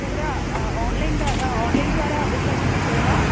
तत्र आन्लैन् आन्लैन्द्वारा बुक् कर्तुं शक्यते वा